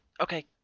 Okay